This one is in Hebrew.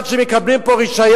עד שהם מקבלים פה רשיון,